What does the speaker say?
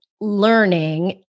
learning